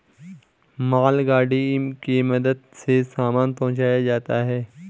मालगाड़ी के मदद से सामान पहुंचाया जाता है